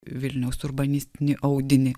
vilniaus urbanistinį audinį